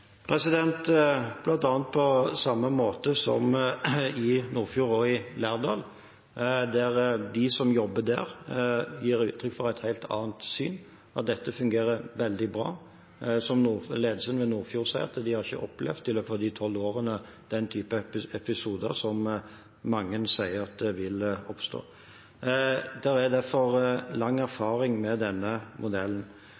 på samme måte som en gjør i Nordfjord og i Lærdal, der de som jobber der, gir uttrykk for et helt annet syn, at dette fungerer veldig bra. Ledelsen ved Nordfjord sjukehus sier at de i løpet av de tolv årene ikke har opplevd den typen episoder som mange sier vil oppstå. Det er derfor lang